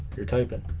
you're typing